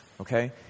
okay